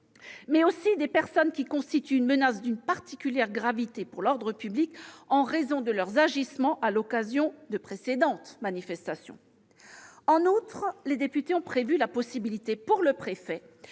mais aussi des personnes qui constituent une menace d'une particulière gravité pour l'ordre public en raison de leurs « agissements » à l'occasion de précédentes manifestations. En outre, les députés ont prévu la possibilité, pour le préfet,